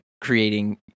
creating